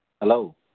Hello